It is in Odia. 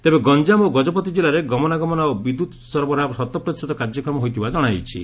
ତେବେ ଗଞ୍ଞାମ ଓ ଗଜପତି କିଲ୍ଲାରେ ଗମନାଗମନ ଓ ବିଦ୍ୟୁତ ସରବରାହ ଶତପ୍ରତିଶତ କାର୍ଯ୍ୟଷମ ହୋଇଥିବା ଜଶାଯାଇଛି